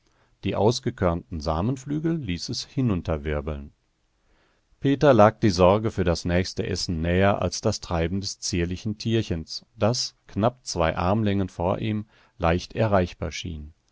die ausgekörnten samenflügel ließ es hinunterwirbeln peter lag die sorge für das nächste essen näher als das treiben des zierlichen tierchens das knapp zwei armlängen vor ihm leicht erreichbar schien